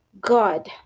God